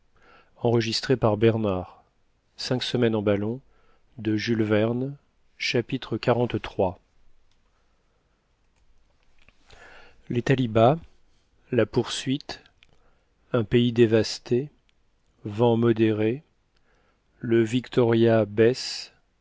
chapitre xliii les talibas la poursuite un pays dévasté vent modéré le victoria baisse les